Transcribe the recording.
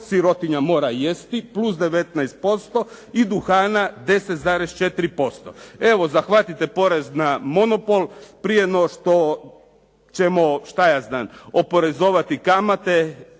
sirotinja mora jesti plus 19% i duhana 10,4%. Evo zahvatite porez na monopol. Prije no što ćemo šta ja znam oporezovati kamate